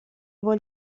его